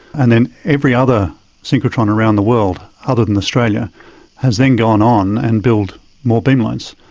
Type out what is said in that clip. and then every other synchrotron around the world other than australia has then gone on and built more beamlines.